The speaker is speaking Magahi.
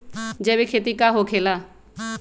जैविक खेती का होखे ला?